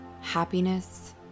happiness